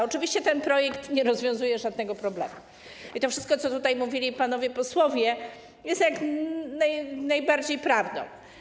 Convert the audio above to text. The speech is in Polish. Oczywiście ten projekt nie rozwiązuje żadnego problemu i to wszystko, co tutaj mówili panowie posłowie, jest jak najbardziej prawdą.